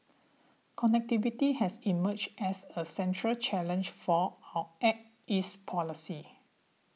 connectivity has emerged as a central challenge for our Act East policy